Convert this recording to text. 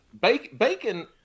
Bacon